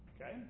Okay